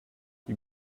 you